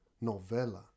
Novella